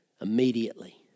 Immediately